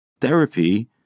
Therapy